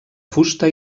fusta